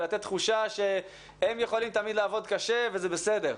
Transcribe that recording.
ולתת תחושה שהם יכולים תמיד לעבוד קשה וזה בסדר.